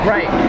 Right